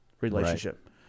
relationship